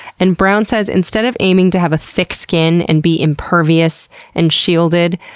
and brown says instead of aiming to have a thick skin and be impervious and shielded,